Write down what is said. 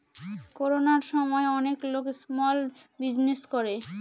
করোনার সময় অনেক লোক স্মল বিজনেস করে